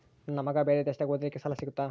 ನನ್ನ ಮಗ ಬೇರೆ ದೇಶದಾಗ ಓದಲಿಕ್ಕೆ ಸಾಲ ಸಿಗುತ್ತಾ?